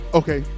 okay